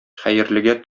хәерлегә